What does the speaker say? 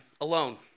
alone